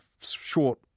short